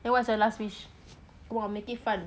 then what's your last wish come on make it fun